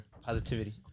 positivity